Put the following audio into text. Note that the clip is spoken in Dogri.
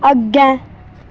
अग्गैं